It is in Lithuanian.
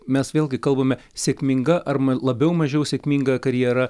mes vėlgi kalbame sėkminga ar ma labiau mažiau sėkminga karjera